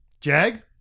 Jag